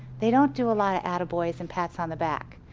they don't do a lot of atta boy and pats on the back.